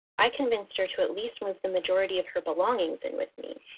i convinced her to at least move the majority of her belongings in with me.